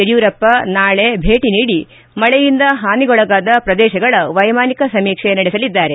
ಯಡಿಯೂರಪ್ಪ ನಾಳೆ ಭೇಟಿ ನೀಡಿ ಮಳೆಯಿಂದ ಹಾನಿಗೊಳಗಾದ ಪ್ರದೇಶಗಳ ವೈಮಾನಿಕ ಸಮೀಕ್ಷೆ ನಡೆಸಲಿದ್ದಾರೆ